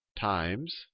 times